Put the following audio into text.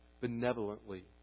benevolently